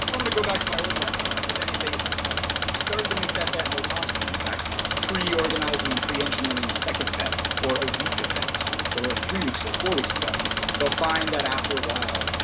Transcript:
i'm going to go back to my old lifestyle. but then if they started to make that that more constant in fact pre-organizing and pre-engineering a second bet or a week of bets or three weeks or four weeks of bets they'll find that, after a while,